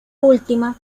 última